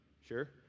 Sure